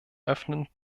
öffnen